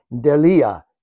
delia